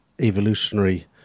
evolutionary